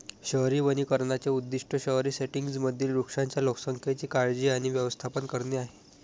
शहरी वनीकरणाचे उद्दीष्ट शहरी सेटिंग्जमधील वृक्षांच्या लोकसंख्येची काळजी आणि व्यवस्थापन करणे आहे